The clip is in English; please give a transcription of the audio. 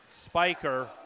spiker